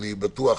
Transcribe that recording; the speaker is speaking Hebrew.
אני בטוח